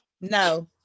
No